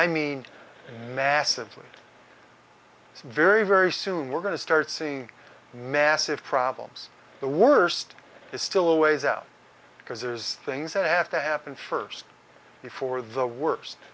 i mean massively it's very very soon we're going to start seeing massive problems the worst is still a ways out because there's things that have to happen first before the worst